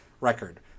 record